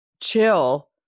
chill